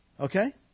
Okay